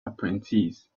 apprentice